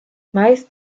meist